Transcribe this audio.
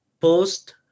post